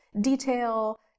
detail